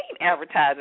advertising